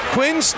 Quinn